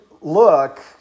look